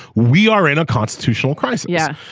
we are in a constitutional crisis. yeah.